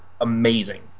amazing